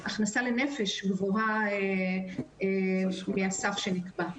הכנסה לנפש גבוהה מהסף שנקבע.